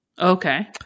Okay